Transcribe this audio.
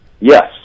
Yes